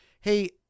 hey